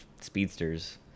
speedsters